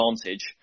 advantage